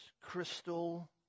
crystal